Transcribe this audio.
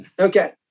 Okay